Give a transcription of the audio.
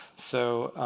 so